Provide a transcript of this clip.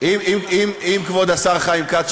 אם כבוד השר חיים כץ,